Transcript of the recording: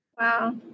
Wow